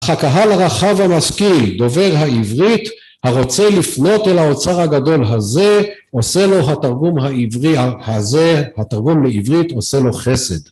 הקהל הרחב המשכיל דובר העברית הרוצה לפנות אל האוצר הגדול הזה עושה לו התרגום העברי הזה התרגום לעברית עושה לו חסד